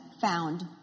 found